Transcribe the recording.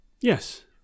Yes